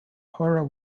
horror